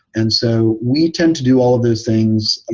and so we tend to do all of those things,